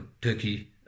Turkey